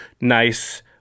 nice